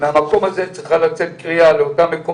אנחנו לפני משהו